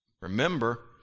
Remember